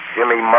Jimmy